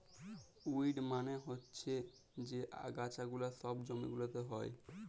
weed মালে হচ্যে যে আগাছা গুলা সব জমি গুলাতে হ্যয়